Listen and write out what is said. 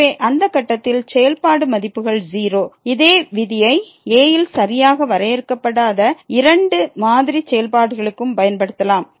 எனவே அந்த கட்டத்தில் செயல்பாடு மதிப்புகள் 0 இதே விதியை a ல் சரியாக வரையறுக்கப் படாத இரண்டு மாதிரி செயல்பாடுகளுக்கும் பயன்படுத்தலாம்